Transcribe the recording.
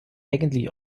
eigentlich